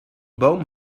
boom